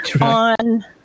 on